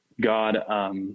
God